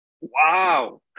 wow